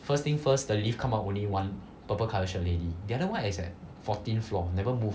first thing first the lift come up only one purple colour shirt lady the other one is like fourteen floor never move